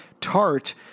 Tart